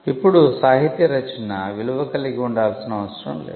ఇప్పుడు సాహిత్య రచన విలువ కలిగి ఉండాల్సిన అవసరం లేదు